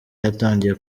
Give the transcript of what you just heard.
yatangiye